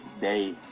day